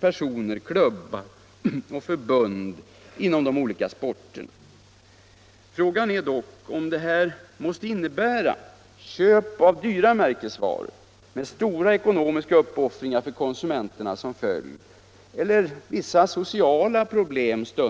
personer, klubbar och förbund inom de olika sporterna. Fråga är dock om detta måste innebära köp av dyra märkesvaror, med stora ekonomiska uppoffringar för konsumenterna som följd, och därtill stundom vissa sociala problem.